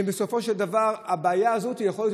ובסופו של דבר הבעיה הזאת יכולה להיות